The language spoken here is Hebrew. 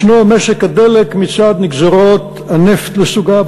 יש משק הדלק מצד נגזרות הנפט לסוגיו,